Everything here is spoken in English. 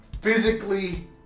physically